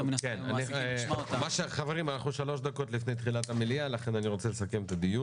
חברים, אני רוצה לסכם.